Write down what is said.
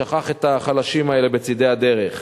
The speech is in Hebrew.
שכח את החלשים האלה בצדי הדרך.